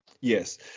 Yes